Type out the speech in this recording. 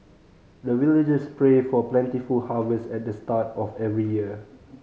the villagers pray for plentiful harvest at the start of every year